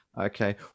Okay